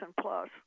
Plus